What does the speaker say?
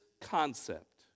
concept